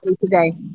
today